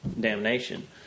damnation